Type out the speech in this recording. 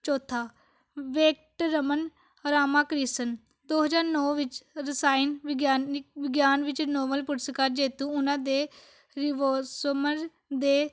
ਚੌਥਾ ਵਿਕਟ ਰਮਨ ਰਾਮਾ ਕ੍ਰਿਸ਼ਨ ਦੋ ਹਜਾਰ ਨੌਂ ਵਿੱਚ ਰਸਾਇਣ ਵਿਗਿਆਨੀ ਵਿਗਿਆਨ ਵਿੱਚ ਨੋਵਲ ਪੁਰਸਕਾਰ ਜੇਤੂ ਉਹਨਾਂ ਦੇ ਰਿਵਰਸ ਸੁਮਨ ਦੇ